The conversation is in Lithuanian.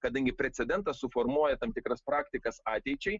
kadangi precedentas suformuoja tam tikras praktikas ateičiai